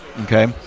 Okay